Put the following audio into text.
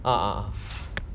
ah ah ah